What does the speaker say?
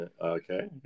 Okay